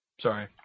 Sorry